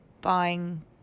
buying